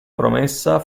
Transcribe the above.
promessa